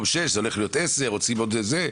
שישה מיליון שקל, בסדר?